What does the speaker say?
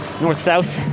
north-south